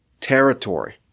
territory